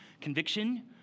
conviction